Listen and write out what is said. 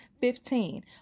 fifteen